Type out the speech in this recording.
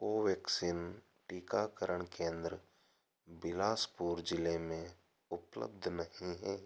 Covaxin टीकाकरण केंद्र बिलासपुर जिले में उपलब्ध नहीं हैं